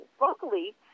Locally